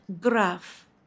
graph